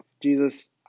Jesus